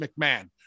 mcmahon